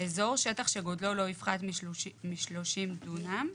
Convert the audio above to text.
"אזור" שטח שגודלו לא יפחת מ-30 דונם,